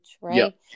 right